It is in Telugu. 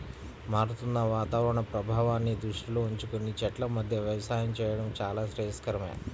మారుతున్న వాతావరణ ప్రభావాన్ని దృష్టిలో ఉంచుకొని చెట్ల మధ్య వ్యవసాయం చేయడం చాలా శ్రేయస్కరమే